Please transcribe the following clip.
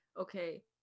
okay